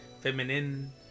Feminine